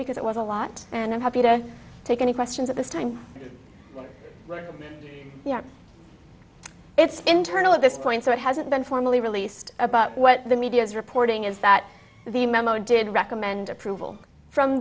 because it was a lot and i'm happy to take any questions at this time it's internal at this point so it hasn't been formally released about what the media's reporting is that the memo did recommend approval from